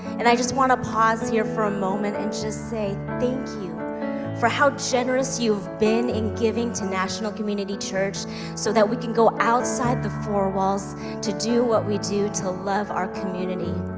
and i just wanna pause here for a moment and just say thank you for how generous you've been in giving to national community church so that we can go outside the four walls to do what we do to love our community.